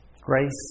grace